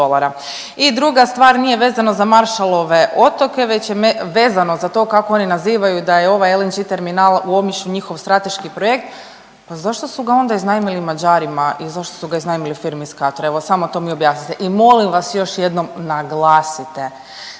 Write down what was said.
I druga stvar, nije vezano za Maršalove otoke već je vezano za to kako oni nazivaju da je ovaj LNG terminal u Omišlju njihov strateški projekt, pa zašto su ga onda iznajmili Mađarima i zašto su ga iznajmili firmi iz Katra? Evo samo to mi objasnite i molim vas još jednom naglasite